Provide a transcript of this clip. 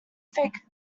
thick